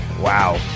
wow